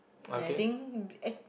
and I think eh